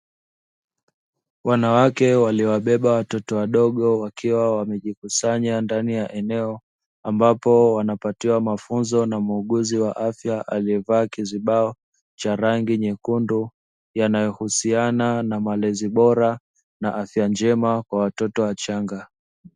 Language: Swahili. Wanawake waliowabeba watoto wadogo wakiwa wamejikusanya ndani ya eneo ambapo wanapatiwa mafunzo na muuguzi wa afya aliyevaa kizibao cha rangi nyekundu, yanayohusiana na malezi bora na afya njema kwa watoto wachanga.